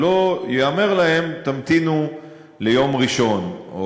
ולא ייאמר להם: תמתינו ליום ראשון.